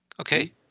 okay